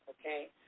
okay